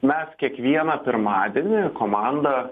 mes kiekvieną pirmadienį komanda